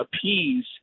appease